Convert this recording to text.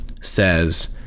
says